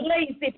lazy